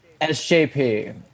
SJP